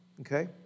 okay